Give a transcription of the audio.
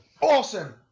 awesome